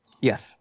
Yes